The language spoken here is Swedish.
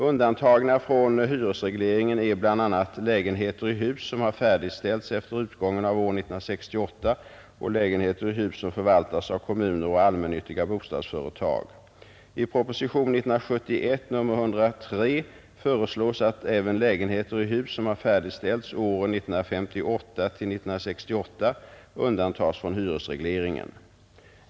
Undantagna från hyresregleringen är bl.a. lägenheter i hus som har färdigställts efter utgången av år 1968 och lägenheter i hus som förvaltas av kommuner och allmännyttiga bostadsföretag. I propositionen 103 år 1971 föreslås att även lägenheter i hus som har färdigställts åren 1958-1968 undantas från hyresregleringen.